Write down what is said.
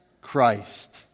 Christ